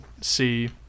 see